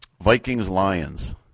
Vikings-Lions